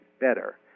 better